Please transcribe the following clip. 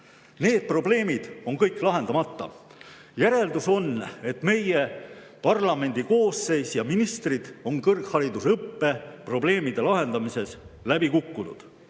probleemid on kõik lahendamata. Järeldus on, et meie parlamendikoosseis ja ministrid on kõrgharidusõppe probleemide lahendamises läbi kukkunud.